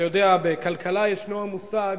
אתה יודע, בכלכלה ישנו מושג